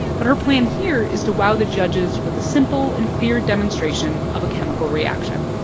but her plan here is to wow the judges with a simple and clear demonstration of a chemical reaction,